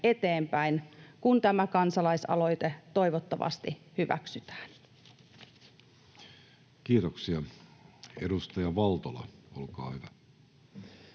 eteenpäin, kun tämä kansalais-aloite toivottavasti hyväksytään. Kiitoksia. — Edustaja Valtola, olkaa hyvä.